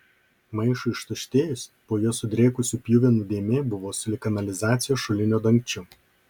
maišui ištuštėjus po juo sudrėkusių pjuvenų dėmė buvo sulig kanalizacijos šulinio dangčiu